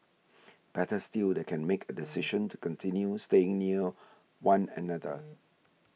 better still they can make a decision to continue staying near one another